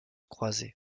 croiser